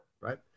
right